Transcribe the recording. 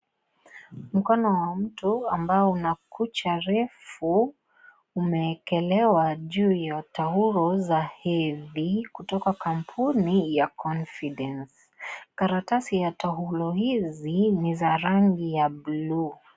Mkono wa mtu, ambao una kuchanja refu, umewekelewa juu ya taulo za hedhi, kutoka kampuni ya Confidence . Karatasi ya taulo hizi, ni za rangi ya buluu.